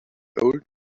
old